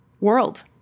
world